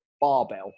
barbell